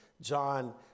John